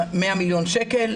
מאה מיליון שקלים.